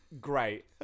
Great